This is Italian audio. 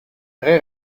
tre